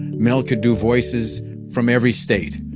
mel could do voices from every state,